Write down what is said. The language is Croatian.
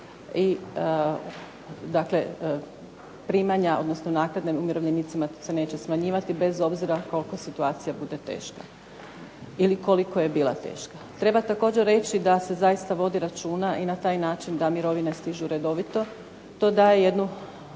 dakle primanja odnosno naknade umirovljenicima se neće smanjivati bez obzira koliko situacija bude teška ili koliko je bila teška. Treba također reći da se zaista vodi račina i na taj način da mirovine stižu redovito. To daje jednu